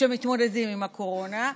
שבו מתמודדים עם הקורונה,